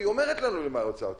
והיא אומרת לנו למה היא רוצה אותו,